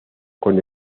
con